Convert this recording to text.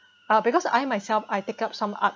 ah because I myself I take up some art